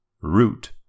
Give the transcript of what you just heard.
Root